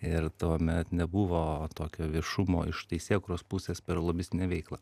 ir tuomet nebuvo tokio viešumo iš teisėkūros pusės per lobistinę veiklą